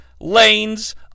lanes